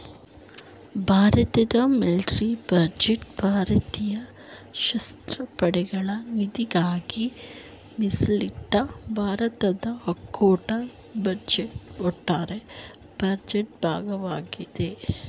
ಭಾರತದ military budget ಭಾರತೀಯ ಸಶಸ್ತ್ರ ಪಡೆಗಳ ನಿಧಿಗಾಗಿ ಮೀಸಲಿಟ್ಟ ಭಾರತದ ಒಕ್ಕೂಟ ಬಜೆಟ್ನ ಒಟ್ಟಾರೆ ಬಜೆಟ್ ಭಾಗವಾಗಿದೆ